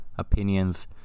opinions